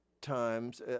times